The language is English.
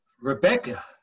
Rebecca